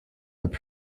habe